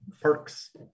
perks